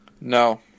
No